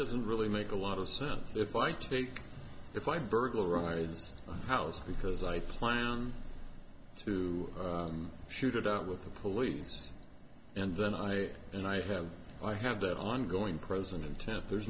doesn't really make a lot of sense if i take if i burglarized house because i plan to shoot it out with the police and then i and i have i have that ongoing present intent there's